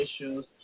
issues